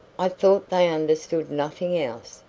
i thought they understood nothing else!